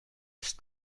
ist